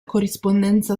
corrispondenza